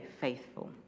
faithful